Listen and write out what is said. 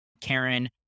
Karen